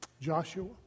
Joshua